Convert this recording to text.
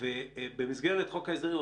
ובמסגרת חוק ההסדרים,